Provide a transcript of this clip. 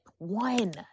One